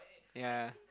yea